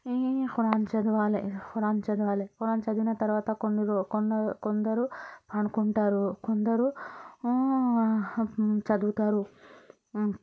ఖురాన్ చదవాలి ఖురాన్ చదవాలి ఖురాన్ చదివిన తర్వాత కొందరు కొందరు కొందరు అనుకుంటారు కొందరు చదువుతారు